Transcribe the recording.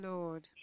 Lord